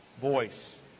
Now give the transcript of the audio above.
voice